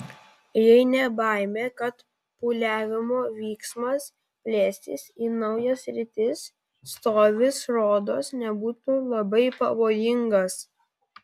jei ne baimė kad pūliavimo vyksmas plėsis į naujas sritis stovis rodos nebūtų labai pavojingas